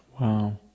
Wow